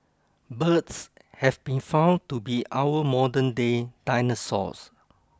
birds have been found to be our modernday dinosaurs